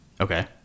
Okay